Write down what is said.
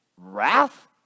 wrath